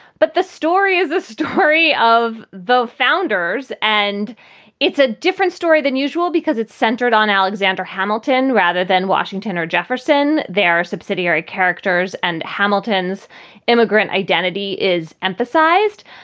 but the story is the story of the founders, and it's a different story than usual because it's centered on alexander hamilton rather than washington or jefferson. they're subsidiary characters, and hamilton's immigrant identity is emphasized.